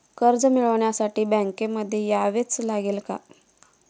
कर्ज मिळवण्यासाठी बँकेमध्ये यावेच लागेल का?